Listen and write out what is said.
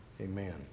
Amen